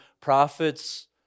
prophets